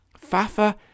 Fafa